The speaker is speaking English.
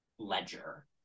ledger